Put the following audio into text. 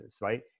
right